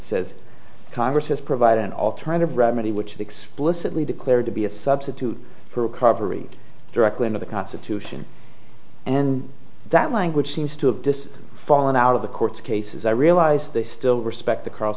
says congress has provided an alternative remedy which is explicitly declared to be a substitute for recovery directly into the constitution and that language seems to have dismissed fallen out of the court's cases i realize they still respect the cross